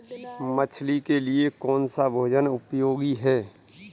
मछली के लिए कौन सा भोजन उपयोगी है?